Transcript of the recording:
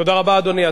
תודה רבה, אדוני.